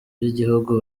by’igihugu